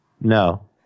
No